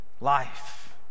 life